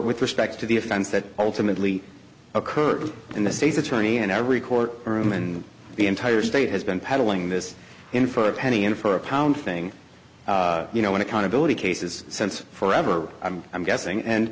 with respect to the offense that ultimately occurred in the state's attorney and every court room in the entire state has been peddling this in for a penny in for a pound thing you know when accountability cases since forever i'm i'm guessing and